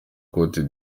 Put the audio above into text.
côte